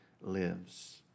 lives